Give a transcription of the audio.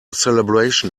celebration